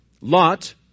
Lot